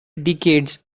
decades